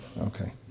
Okay